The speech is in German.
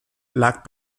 lag